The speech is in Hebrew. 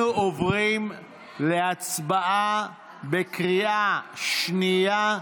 אנחנו עוברים להצבעה בקריאה שנייה.